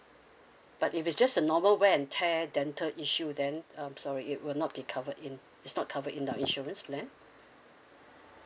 but if it's just a normal wear and tear dental issue then um sorry it will not be covered in it's not covered in the insurance plan